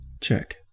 Check